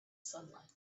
sunlight